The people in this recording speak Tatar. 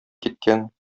киткән